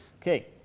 Okay